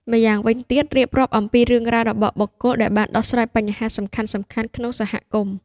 ម្យ៉ាងវិញទៀតរៀបរាប់អំពីរឿងរ៉ាវរបស់បុគ្គលដែលបានដោះស្រាយបញ្ហាសំខាន់ៗក្នុងសហគមន៍។